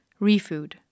ReFood